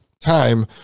time